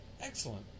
Excellent